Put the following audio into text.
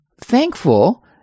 thankful